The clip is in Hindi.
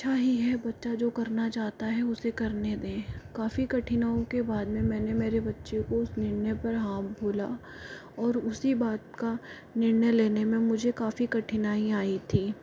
अच्छा ही है बच्चा जो करना चाहता है उसे करने दें काफ़ी कठिनाओं के बाद में मैंने मेरे बच्चे को उस निर्णय पर हाँ बोला और उसी बात का निर्णय लेने में मुझे काफ़ी कठिनाई आई थी